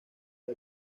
con